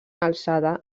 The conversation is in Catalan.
alçada